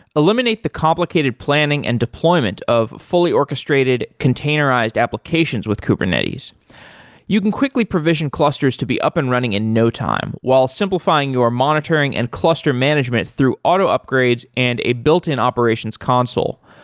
eliminate the complicated planning and deployment of fully orchestrated containerized applications with kubernetes you can quickly provision clusters to be up and running in no time, while simplifying your monitoring and cluster management through auto upgrades and a built-in operations console.